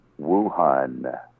Wuhan